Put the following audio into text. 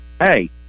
hey